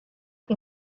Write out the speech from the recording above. que